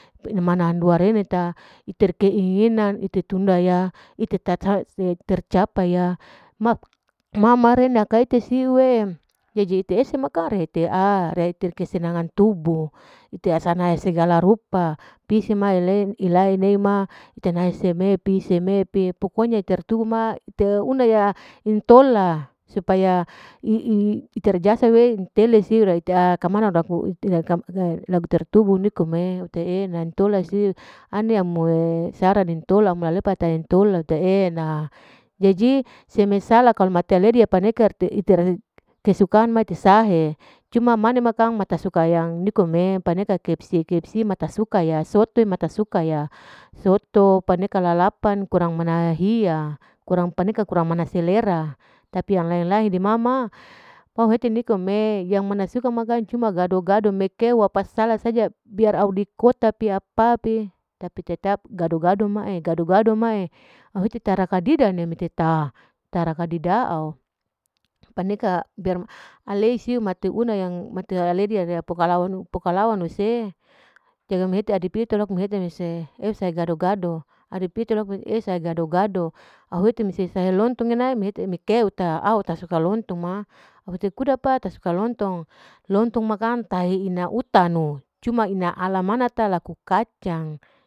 Pa ine mana andua rene ta, iter ke'e enan tunda ya iter tatawa se, itercape ya ma ma ma rene akaete siu'e jadi ite hese ma kang rehete'a, rehete kesenangan tubuh, ite asana segala rupa pise ma ile ala nei ma ite nai seme pi seme pi pokonya ite tubu ma ite una ya intola, supaya i'i iterjasa wei intele siu rakamana laku laker tubu nikom e aute e'ena, intola siu ane amo'e sara nantola siu ane mue nentola e'ena, jadi seme sala kalu mater ledi paneka kesukaan ma iter sahe cuma mane ma kang mata suka yang nikom e, paneka kfc-kfc ma tasuka ya soto ma tasuka ya, soto paneka lalapan orang aman hiya, orang paneka kurang mana selera tapi yang laeng-laeng hidi ma-ma, mau hete nikom e yang mana suka cuman gado-gado, mekeu apa sala saja biar au dikota pi apa pi tapi tetap gado-gado ma'e, gado-gado ma'e, au hete tarakadida nemete ta, tarakadida'o paneka ber-alesiu mati una yang mati eledi yang riya pukalauna se, jaga mehete adipito mehete mese eusa gado-gado, adipito laku eh sa gado-gado, au hete mese sayor lontong ena'e, mehete mekeu ta au ta suka lontong ma au hete kuda pa tak suka lontong, lontong ma kang tahina utanu, cuma ina ala mana ta laku kacang.